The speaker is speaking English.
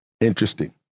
Interesting